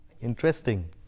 Interesting